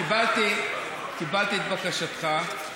קיבלתי את בקשתך,